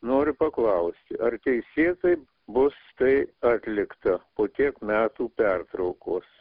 noriu paklausti ar teisėtai bus tai atlikta po tiek metų pertraukos